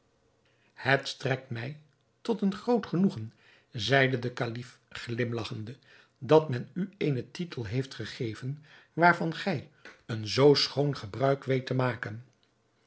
het strekt mij tot een groot genoegen zeide de kalif glimlagchende dat men u eenen titel heeft gegeven waarvan gij een zoo schoon gebruik weet te maken